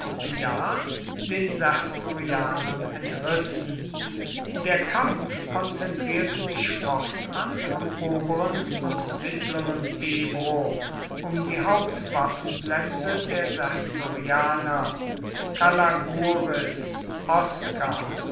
den sertorianern entrissen der kampf konzentrierte sich fortan am oberen und mittleren ebro um die hauptwaffenplätze der sertorianer calagurris osca